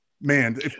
man